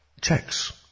checks